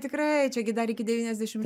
tikrai čia gi dar iki devyniasdešimt